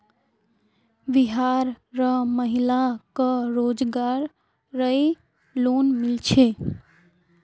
बिहार र महिला क रोजगार रऐ लोन मिल छे